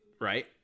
right